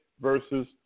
versus